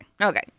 okay